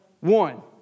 One